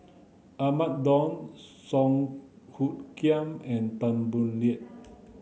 Ahmad Daud Song Hoot Kiam and Tan Boo Liat